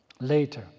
later